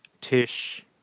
Tish